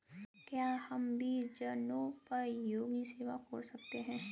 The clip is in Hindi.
क्या हम भी जनोपयोगी सेवा खोल सकते हैं?